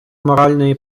моральної